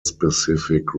specific